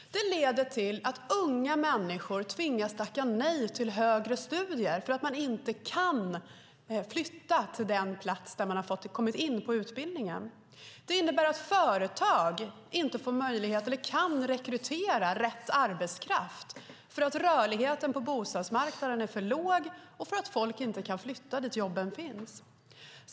Det leder till att unga människor tvingas tacka nej till högre studier för att de inte kan flytta till den plats där de har kommit in på utbildningen. Det innebär att företag inte kan rekrytera rätt arbetskraft för att rörligheten på bostadsmarknaden är för låg och för att människor inte kan flytta dit jobben finns.